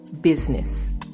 business